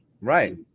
Right